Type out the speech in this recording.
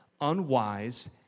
unwise